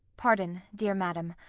pardon, dear madam.